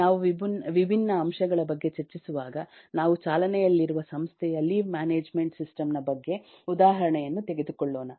ನಾವು ವಿಭಿನ್ನ ಅಂಶಗಳ ಬಗ್ಗೆ ಚರ್ಚಿಸುವಾಗ ನಾವು ಚಾಲನೆಯಲ್ಲಿರುವ ಸಂಸ್ಥೆಯ ಲೀವ್ ಮ್ಯಾನೇಜ್ಮೆಂಟ್ ಸಿಸ್ಟಮ್ ನ ಬಗ್ಗೆ ಉದಾಹರಣೆಯನ್ನು ತೆಗೆದುಕೊಳ್ಳುಣ